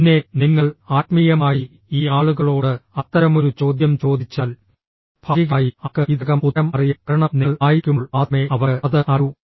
പിന്നെ നിങ്ങൾ ആത്മീയമായി ഈ ആളുകളോട് അത്തരമൊരു ചോദ്യം ചോദിച്ചാൽ ഭാഗികമായി അവർക്ക് ഇതിനകം ഉത്തരം അറിയാം കാരണം നിങ്ങൾ ആയിരിക്കുമ്പോൾ മാത്രമേ അവർക്ക് അത് അറിയൂ